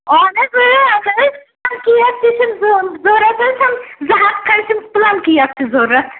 اَہن حظ اۭں کیک تہِ چھِ ضرورَت حظ چھِ زٕ ہَتھ کھنڈ چھِم پٕلم کیک تہِ ضرورَت